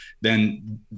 then-